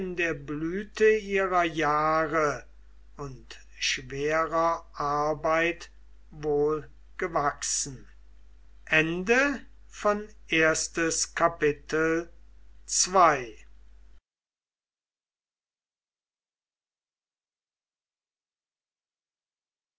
der blüte ihrer jahre und schwerer arbeit wohl gewachsen